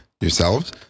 yourselves